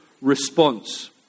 response